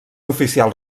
oficial